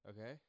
okay